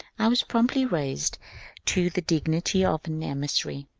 i was promptly raised to the dignity of an emissary.